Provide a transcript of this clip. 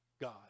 God